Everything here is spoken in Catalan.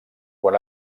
quan